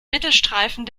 mittelstreifen